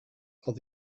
are